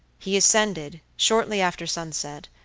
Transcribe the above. he ascended, shortly after sunset,